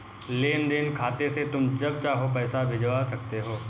लेन देन खाते से तुम जब चाहो पैसा भिजवा सकते हो